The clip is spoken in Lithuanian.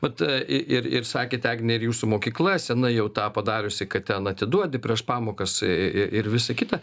vat i ir ir sakėte agne ir jūsų mokykla senai jau tą padariusi kad ten atiduodi prieš pamokas i i i ir visa kita